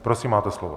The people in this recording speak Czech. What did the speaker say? Prosím, máte slovo.